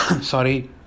Sorry